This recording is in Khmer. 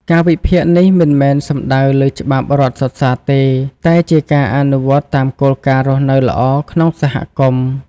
ការវិភាគនេះមិនមែនសំដៅលើច្បាប់រដ្ឋសុទ្ធសាធទេ តែជាការអនុវត្តតាមគោលការណ៍រស់នៅល្អក្នុងសហគមន៍។